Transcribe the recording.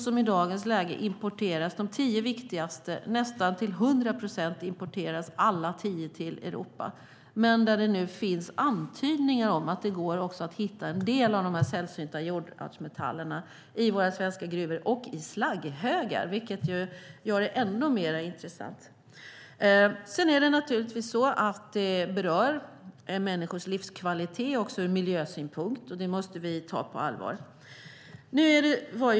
I dagens läge importeras de tio viktigaste nästan till 100 procent till Europa. Men nu finns det antydningar om att det går att hitta en del av de här sällsynta jordartsmetallerna i våra svenska gruvor och i slagghögar, vilket gör det ännu mer intressant. Det berör också människors livskvalitet ur miljösynpunkt. Det måste vi ta på allvar.